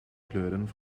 kleuren